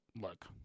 look